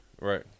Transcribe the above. right